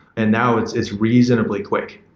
and now, it's it's reasonably quick.